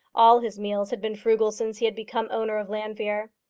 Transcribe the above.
all his meals had been frugal since he had become owner of llanfeare.